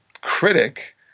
critic